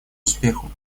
успеху